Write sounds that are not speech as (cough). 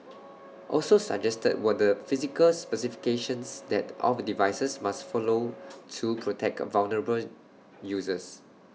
(noise) also suggested were the physical specifications that of devices must follow (noise) to protect A vulnerable users